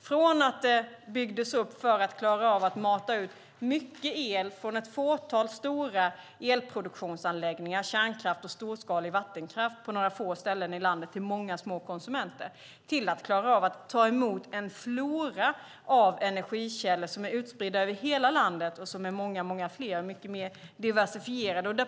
från att vara uppbyggt för att klara av att mata ut mycket el från ett fåtal stora elproduktionsanläggningar - kärnkraft och storskalig vattenkraft - på några få ställen i landet till många små konsumenter till att klara av att ta emot en flora av energikällor som är utspridda över hela landet och som är fler och mer diversifierade.